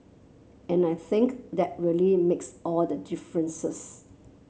and I think that really makes all the differences